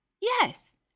Yes